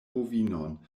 bovinon